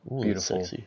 Beautiful